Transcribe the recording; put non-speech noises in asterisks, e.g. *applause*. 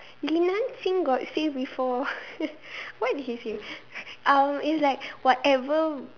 got say before *laughs* what did he say um it's like whatever